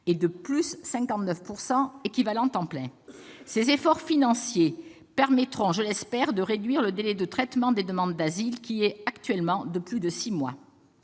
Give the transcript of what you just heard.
% du nombre d'équivalents temps plein. Ces efforts financiers permettront, je l'espère, de réduire le délai de traitement des demandes d'asile, qui est actuellement de plus de six mois.